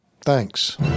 Thanks